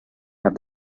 have